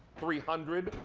three hundred.